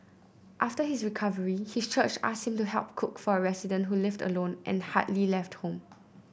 after his recovery his church asked him to help cook for a resident who lived alone and hardly left home